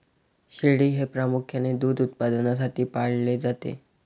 शेळी हे प्रामुख्याने दूध उत्पादनासाठी पाळले जाते